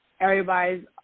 Everybody's